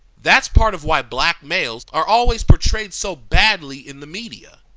that's part of why black males are always portrayed so badly in the media.